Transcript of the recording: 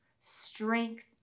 strength